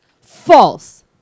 False